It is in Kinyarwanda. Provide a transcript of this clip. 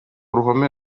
ruhome